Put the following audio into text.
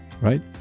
right